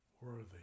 worthy